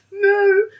No